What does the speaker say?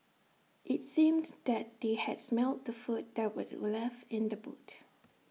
IT seemed that they had smelt the food that were left in the boot